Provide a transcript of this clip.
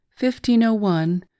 1501